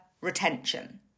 retention